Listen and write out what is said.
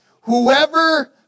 Whoever